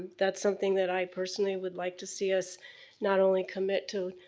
that's something that i, personally, would like to see us not only commit to,